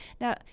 Now